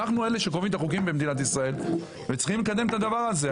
אנחנו אלה שקובעים את החוקים במדינת ישראל וצריכים לקדם את הדבר הזה.